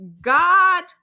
God